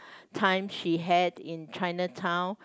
time she had in Chinatown